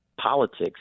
politics